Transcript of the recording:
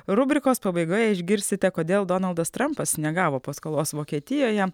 rubrikos pabaigoje išgirsite kodėl donaldas trampas negavo paskolos vokietijoje